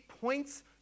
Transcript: points